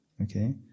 okay